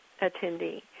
attendee